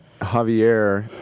javier